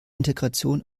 integration